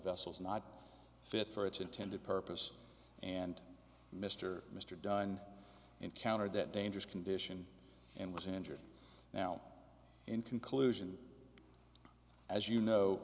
vessels not fit for its intended purpose and mr mr dunn encountered that dangerous condition and was injured now in conclusion as you know